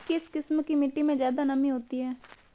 किस किस्म की मिटटी में ज़्यादा नमी होती है?